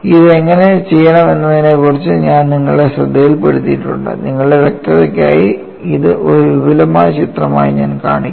ഇത് എങ്ങനെ ചെയ്യണമെന്നതിനെക്കുറിച്ചും ഞാൻ നിങ്ങളുടെ ശ്രദ്ധയിൽപ്പെടുത്തിയിട്ടുണ്ട് നിങ്ങളുടെ വ്യക്തതയ്ക്കായി ഇത് ഒരു വിപുലമായ ചിത്രമായി ഞാൻ കാണിക്കും